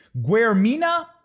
Guermina